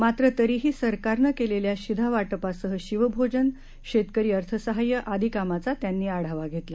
मात्र तरीही सरकारनं केलेल्या शिधावाटपासह शिवभोजन शेतकरी अर्थ साहाय्य आदी कामांचा त्यांनी आढावा घेतला